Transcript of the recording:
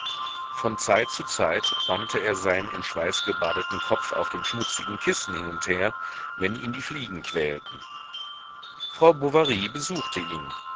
von zeit zu zeit wandte er seinen in schweiß gebadeten kopf auf dem schmutzigen kissen hin und her wenn ihn die fliegen quälten frau bovary besuchte ihn